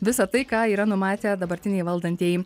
visa tai ką yra numatę dabartiniai valdantieji